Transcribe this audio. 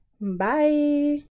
Bye